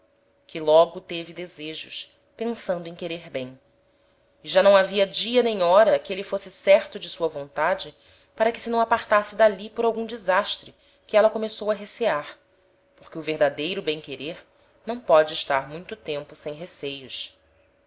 que logo teve desejos pensando em querer bem e já não havia dia nem hora que êle fosse certo de sua vontade para que se não apartasse d'ali por algum desastre que éla começou a recear porque o verdadeiro bem querer não póde estar muito tempo sem receios